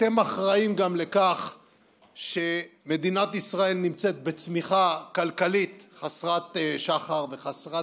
אתם אחראים גם לכך שמדינת ישראל נמצאת בצמיחה כלכלית חסרת תקדים,